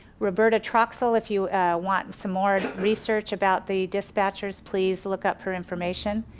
roberta torxell if you want some more research about the dispatchers, please look up her information.